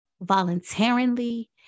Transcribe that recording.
voluntarily